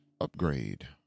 upgrade